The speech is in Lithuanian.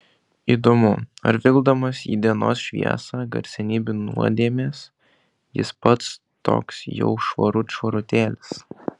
įdomu ar vilkdamas į dienos šviesą garsenybių nuodėmes jis pats toks jau švarut švarutėlis